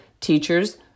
teachers